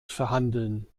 verhandeln